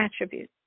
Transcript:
attributes